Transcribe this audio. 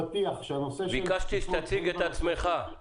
ביקשתי שתציג את עצמך.